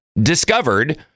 discovered